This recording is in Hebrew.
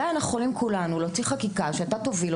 אנחנו כחברי הוועדה יכולים אולי להוציא חקיקה בהובלתך,